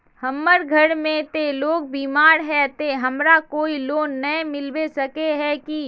हमर घर में ते लोग बीमार है ते हमरा कोई लोन नय मिलबे सके है की?